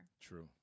true